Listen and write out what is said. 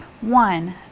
One